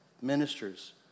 ministers